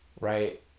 right